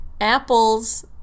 apples